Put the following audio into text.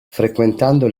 frequentando